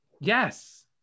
Yes